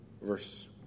Verse